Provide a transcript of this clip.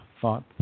thought